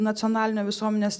nacionalinio visuomenės